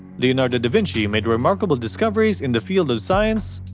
leonardo da vinci made remarkable discoveries in the fields of science,